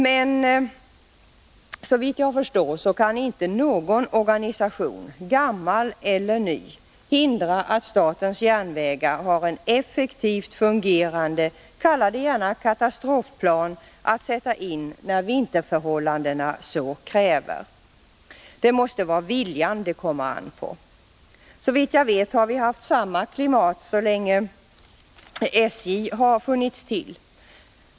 Men såvitt jag förstår kan inte någon organisation, gammal eller ny, hindra att statens järnvägar har en effektivt fungerande plan — kalla det gärna katastrofplan — att sätta in när vinterförhållandena så kräver. Det måste vara viljan som det kommer an på. Såvitt jag vet har vi haft samma klimat så länge som SJ har funnits till.